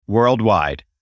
Worldwide